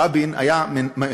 רבין היה מפקד,